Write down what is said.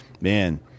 man